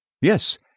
Yes